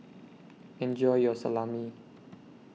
Enjoy your Salami